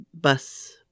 bus